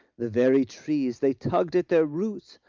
the very trees they tugged at their roots,